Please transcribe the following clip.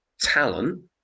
talent